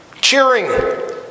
cheering